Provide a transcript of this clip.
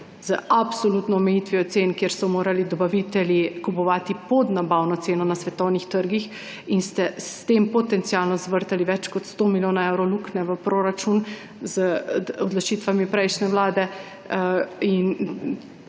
z absolutno omejitvijo cen, kjer so morali dobavitelji kupovati pod nabavno ceno na svetovnih trgih in ste s tem potencialno zvrtali več kot 100 milijonov evrov luknje v proračun z odločitvami prejšnje vlade, in